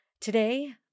Today